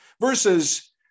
versus